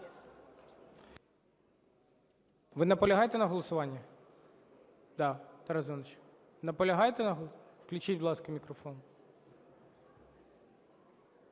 Ви наполягаєте на голосуванні? Да, Тарас Іванович, наполягаєте? Включіть, будь ласка, мікрофон.